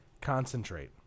concentrate